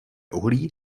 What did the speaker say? uhlí